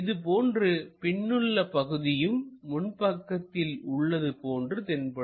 அதேபோன்று பின்னுள்ள பகுதியும் முன்பக்கத்தில் உள்ளது போன்று தென்படும்